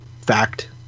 Fact